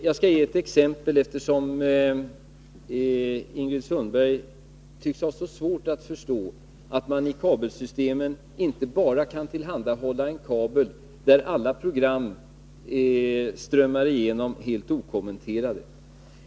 Jag skall ge ett exempel, eftersom Ingrid Sundberg tycks ha så svårt att förstå att man i kabelsystemen inte bara kan tillhandahålla en kabel där alla program strömmar igenom helt okommenterade.